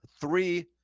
three